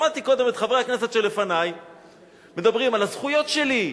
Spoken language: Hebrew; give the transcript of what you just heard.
שמעתי קודם את חברי הכנסת שלפני מדברים על הזכויות שלי,